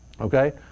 okay